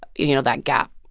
you know, that gap?